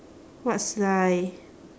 what's fly